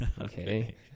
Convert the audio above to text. Okay